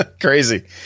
crazy